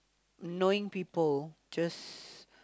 knowing people just